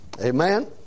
Amen